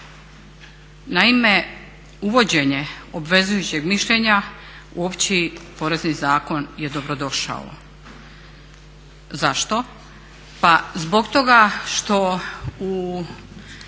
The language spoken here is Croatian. Naime, uvođenje obvezujućeg mišljenja u Opći porezni zakon je dobrodošao. Zašto, pa zbog toga što u